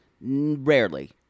Rarely